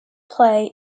play